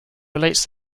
relates